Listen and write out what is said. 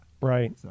Right